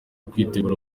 kwitegura